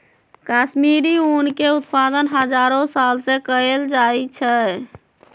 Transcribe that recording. कश्मीरी ऊन के उत्पादन हजारो साल से कएल जाइ छइ